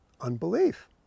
unbelief